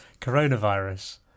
coronavirus